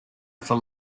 for